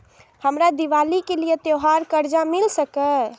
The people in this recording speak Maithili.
हमरा दिवाली के लिये त्योहार कर्जा मिल सकय?